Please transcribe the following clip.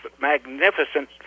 magnificent